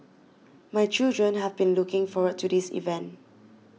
my children have been looking forward to this event